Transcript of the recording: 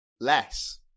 Less